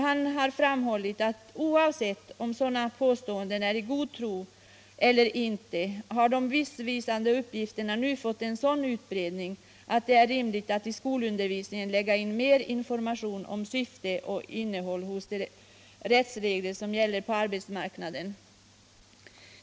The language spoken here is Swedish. Han sade vidare att oavsett om sådana påståenden görs i god tro eller inte, så har de missvisande uppgifterna nu fått sådan utbredning att det är rimligt att i skolundervisningen lägga in mer information om syftet med och innehållet i de rättsregler som gäller på arbetsmarknaden.